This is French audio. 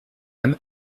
âme